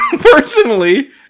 personally